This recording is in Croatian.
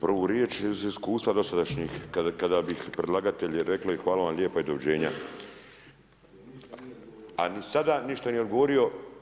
Prvu riječ iz iskustva dosadašnjih, kada bi predlagatelji rekli hvala vam lijepa i doviđenja, a ni sada nije ništa odgovorio.